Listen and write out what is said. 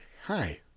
hi